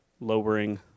lowering